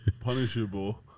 punishable